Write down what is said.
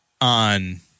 on